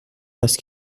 است